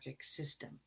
system